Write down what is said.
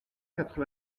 quatre